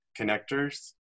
connectors